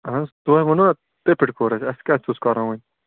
اَہن حظ تۄہہِ ووٚنوٗ نا تٔتھۍ پٮ۪ٹھٕے کوٚر اَسہِ اَسہِ کَتھ اوس کَرُن وۄنۍ